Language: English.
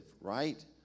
right